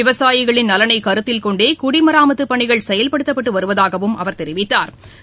விவசாயிகளின் நலனை கருத்தில் கொண்டே குடிமராமத்துப் பணிகள் செயல்படுத்தப்பட்டு வருவதாகவும் அவா் தெரிவித்தாா்